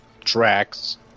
tracks